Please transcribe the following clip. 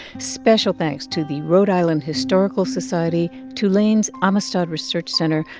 special thanks to the rhode island historical society tulane's amistad research center,